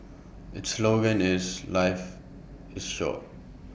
its slogan is life is short